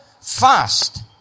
fast